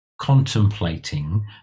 contemplating